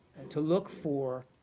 to look for